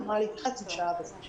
אני מנועה להתייחס --- כלומר,